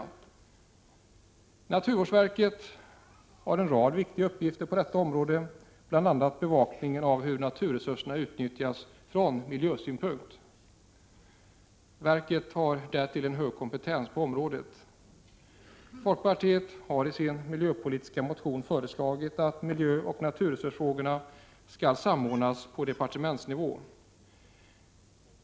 Naturvårdsverket har en rad viktiga uppgifter på detta område, bl.a. bevakningen av hur naturresurser utnyttjas från miljösynpunkt. Verket har därtill en hög kompetens på området. Folkpartiet har i sin miljöpolitiska motion föreslagit att miljöoch naturresursfrågorna skall samordnas på departementsnivå.